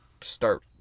start